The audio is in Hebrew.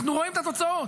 אנחנו רואים את התוצאות,